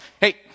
Hey